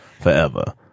forever